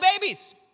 babies